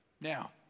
Now